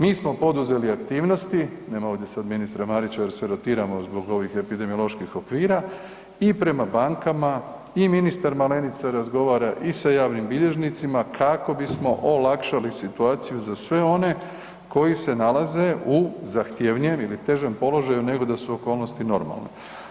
Mi smo poduzeli aktivnosti, nema ovdje sad ministra Marića jer se rotiramo zbog ovih epidemioloških okvira i prema bankama i ministar Malenica razgovara i sa javnim bilježnicima kako bismo olakšali situaciju za sve one koji se nalaze u zahtjevnijem ili težem položaju nego da su okolnosti normalne.